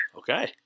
okay